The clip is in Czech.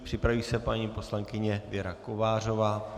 Připraví se paní poslankyně Věra Kovářová.